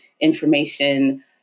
information